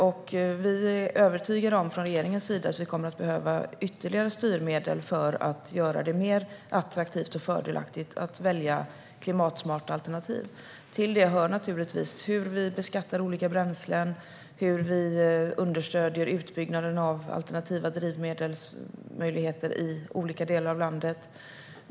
Regeringen är övertygad om att vi kommer att behöva ytterligare styrmedel för att göra det mer attraktivt och fördelaktigt att välja klimatsmarta alternativ. Till detta hör naturligtvis hur vi beskattar olika bränslen och hur vi understöder möjligheterna att bygga ut för alternativa drivmedel i olika delar av landet.